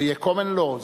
זה יהיה common law?